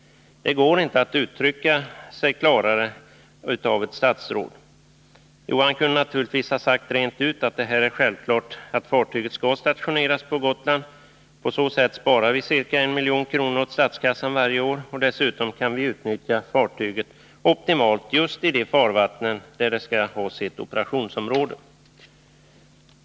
Det gårinte för ett statsråd att uttrycka sig klarare. Jo, han kunde givetvis ha sagt rent ut att det är självklart att fartyget skall stationeras på Gotland, ty på så sätt sparar vi ca 1 milj.kr. åt statskassan varje år och dessutom kan vi utnyttja fartyget optimalt just i de farvatten där det skall ha sitt operationsområde.